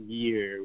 year